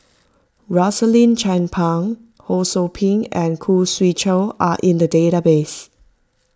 Rosaline Chan Pang Ho Sou Ping and Khoo Swee Chiow are in the database